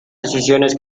decisiones